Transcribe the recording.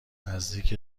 نزدیک